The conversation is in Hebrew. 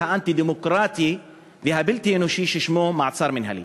האנטי-דמוקרטי והבלתי-אנושי ששמו מעצר מינהלי.